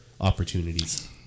opportunities